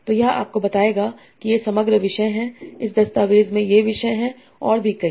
तो यह आपको बताएगा कि ये समग्र विषय हैं इस दस्तावेज़ में ये विषय और भी कई